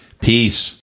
peace